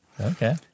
Okay